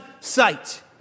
sight